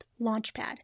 Launchpad